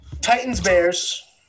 Titans-Bears